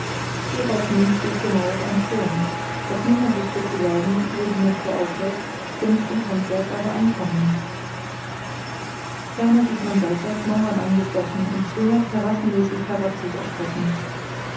hierauf nun steht gemauert ein turm doch niemand wüßte zu sagen wo die natur aufhört kunst und handwerk aber anfangen ferner sieht man seitwärts mauern angeschlossen und zwinger terrassenmäßig herab sich erstreckend